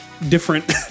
different